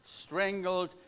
strangled